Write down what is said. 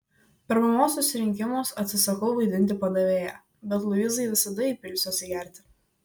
per mamos susirinkimus atsisakau vaidinti padavėją bet luizai visada įpilsiu atsigerti